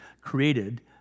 created